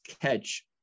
catch